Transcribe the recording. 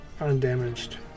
undamaged